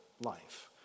life